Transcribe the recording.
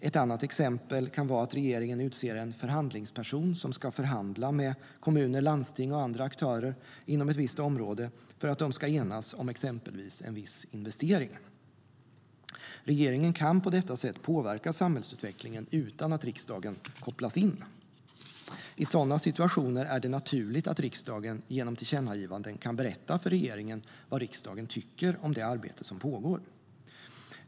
Ett annat exempel kan vara att regeringen utser en förhandlingsperson som ska förhandla med kommuner, landsting och andra aktörer inom ett visst område för att de ska enas om exempelvis en viss investering. Regeringen kan på detta sätt påverka samhällsutvecklingen utan att riksdagen kopplas in. I sådana situationer är det naturligt att riksdagen genom tillkännagivanden kan berätta för regeringen vad riksdagen tycker om det arbete som pågår.